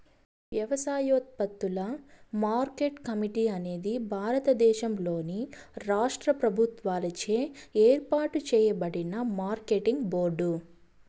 వ్యవసాయోత్పత్తుల market committee అనేది భారతదేశంలోని రాష్ట్ర ప్రభుత్వాలచే ఏర్పాటు చేయబడిన మార్కెటింగ్ బోర్డు